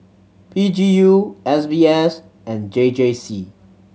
P G U S B S and J J C